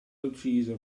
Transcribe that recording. uccisa